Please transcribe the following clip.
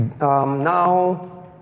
Now